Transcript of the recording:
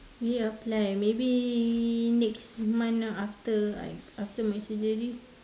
re apply maybe next month after I after my surgery